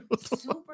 Super